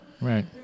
right